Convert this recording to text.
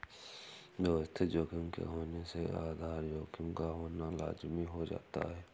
व्यवस्थित जोखिम के होने से भी आधार जोखिम का होना लाज़मी हो जाता है